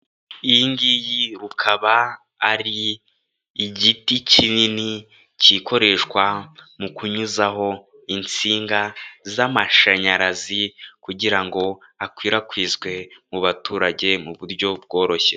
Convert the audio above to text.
Iyi ngiyi rukaba ari igiti kinini, kikoreshwa mu kunyuzaho insinga z'amashanyarazi, kugira ngo akwirakwizwe mu baturage mu buryo bworoshye.